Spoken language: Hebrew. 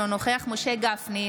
אינו נוכח משה גפני,